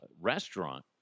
restaurant